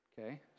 Okay